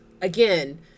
again